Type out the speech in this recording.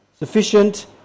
Sufficient